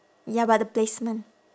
ya but the placement